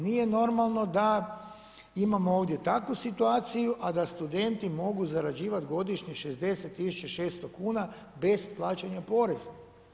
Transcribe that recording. Nije normalno da imamo ovdje takvu situaciju, a da studenti mogu zarađivat 60.600 kuna bez plaćanja poreza.